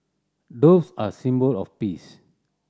doves are a symbol of peace